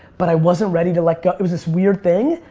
but i wasn't ready to let go, it was this weird thing.